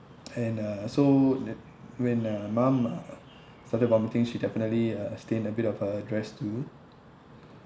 and uh so when uh mum uh started vomiting she definitely uh stain a bit of her dress too